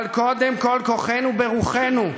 אבל קודם כול, כוחנו ברוחנו,